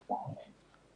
הפיצו"ח.